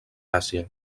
àsia